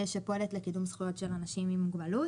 שפועלת לקידום זכויות של אנשים עם מוגבלות.